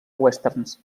westerns